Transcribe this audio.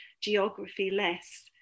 geography-less